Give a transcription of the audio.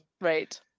Right